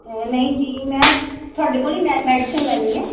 ਹੈ ਨਹੀਂ ਜੀ ਮੈਂ ਤੁਹਾਡੇ ਕੋਲੋਂ ਹੀ ਮੈ ਮੈਡੀਸਿਨ ਲੈਂਦੀ ਹਾਂ